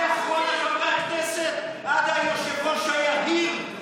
מאחרון חברי כנסת עד היושב-ראש היהיר,